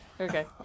Okay